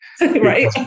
right